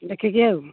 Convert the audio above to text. ଦେଖିକି ଆଉ